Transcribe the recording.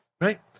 right